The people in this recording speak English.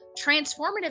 Transformative